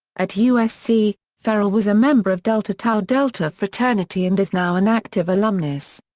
at usc, ferrell was a member of delta tau delta fraternity and is now an active alumnus.